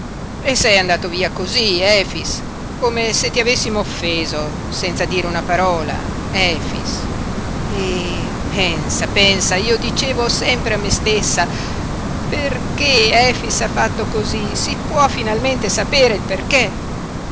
e sei andato via cosí efix come se ti avessimo offeso senza dire una parola efix e pensa pensa io dicevo sempre a me stessa perché efix ha fatto cosí si può finalmente sapere il perché